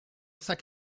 sac